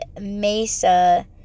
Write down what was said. mesa